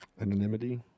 Anonymity